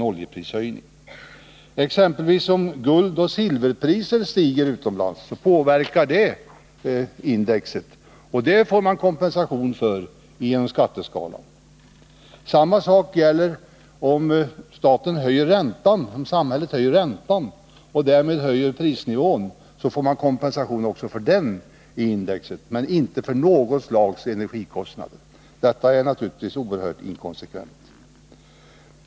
Om exempelvis guldoch silverpriser stiger, får man skattekompensation för detta. Samma sak gäller räntehöjningar. Detta är naturligtvis oerhört inkonsekvent.